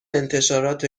انتشارات